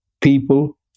people